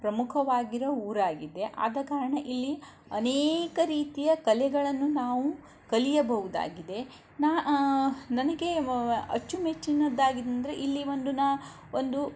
ಪ್ರಮುಖವಾಗಿರೊ ಊರಾಗಿದೆ ಆದ ಕಾರಣ ಇಲ್ಲಿ ಅನೇಕ ರೀತಿಯ ಕಲೆಗಳನ್ನು ನಾವು ಕಲಿಯಬಹುದಾಗಿದೆ ನಾ ನನಗೆ ಅಚ್ಚುಮೆಚ್ಚಿನದಾಗಿನ ಅಂದರೆ ಇಲ್ಲಿ ಒಂದು ನ ಒಂದು